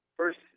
First